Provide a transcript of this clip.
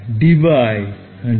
ছাত্র ছাত্রীঃ Debye